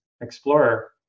explorer